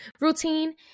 routine